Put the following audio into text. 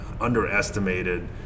underestimated